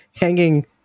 hanging